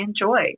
enjoy